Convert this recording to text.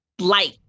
light